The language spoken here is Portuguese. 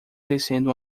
descendo